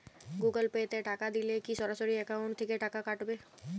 Google Pay তে টাকা দিলে কি সরাসরি অ্যাকাউন্ট থেকে টাকা কাটাবে?